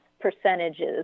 percentages